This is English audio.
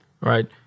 right